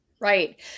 Right